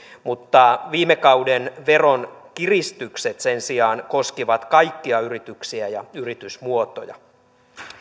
mutta viime kauden veronkiristykset sen sijaan koskivat kaikkia yrityksiä ja yritysmuotoja